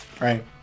right